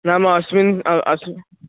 नाम अस्मिन् अस्मि